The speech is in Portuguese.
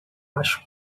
acho